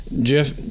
Jeff